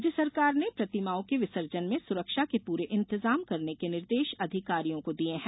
राज्य सरकार ने प्रतिमाओं के विसर्जन में सुरक्षा के पूरे इंतजाम करने के निर्देश अधिकारियों को दिए हैं